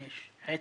יש עצב.